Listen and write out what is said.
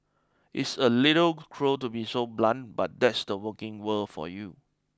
it's a little cruel to be so blunt but that's the working world for you